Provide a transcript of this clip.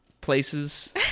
places